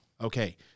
Okay